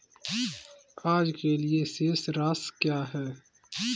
आज के लिए शेष राशि क्या है?